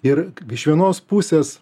ir iš vienos pusės